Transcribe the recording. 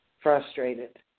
frustrated